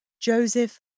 Joseph